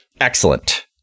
Excellent